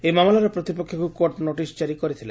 ଏହି ମାମଲାରେ ପ୍ରତିପକ୍ଷଙ୍କୁ କୋର୍ଟ ନୋଟିସ କାରି କରିଥିଲେ